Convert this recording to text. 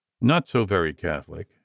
not-so-very-Catholic